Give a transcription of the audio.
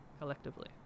collectively